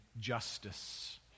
justice